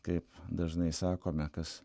kaip dažnai sakome tas